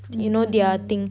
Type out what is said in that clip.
mmhmm